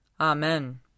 Amen